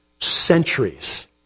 centuries